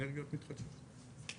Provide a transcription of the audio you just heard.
אנרגיות מתחדשות.